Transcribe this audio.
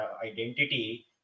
identity